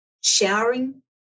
showering